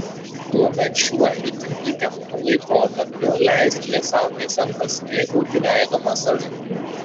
tuomet šiuo itin įtemptu laikotarpiu leiskite sau tiesiog pasimėgauti veido masažu